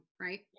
right